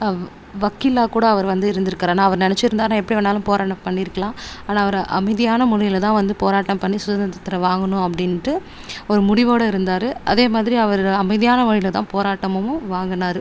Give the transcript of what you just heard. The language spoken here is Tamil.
வக்கீலாக கூட அவர் வந்து இருந்துருக்குறார் ஆனால் அவர் நெனைச்சிருந்தாருன்னா எப்படி வேணாலும் போராட்டம் பண்ணியிருக்கலாம் ஆனால் அவர் அமைதியான முறையில் தான் வந்து போராட்டம் பண்ணி சுதந்திரத்தை வாங்கணும் அப்படினுட்டு ஒரு முடிவோடு இருந்தார் அதே மாதிரி அவர் அமைதியான வழியில் தான் போராட்டமும் வாங்கினாரு